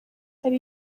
hari